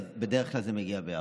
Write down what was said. אבל בדרך כלל זה מגיע ביחד.